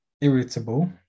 irritable